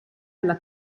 alla